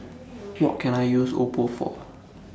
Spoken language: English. What Can I use Oppo For